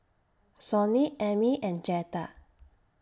Sonny Emmy and Jetta